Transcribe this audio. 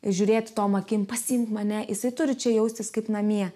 žiūrėti tom akim pasiimk mane jisai turi čia jaustis kaip namie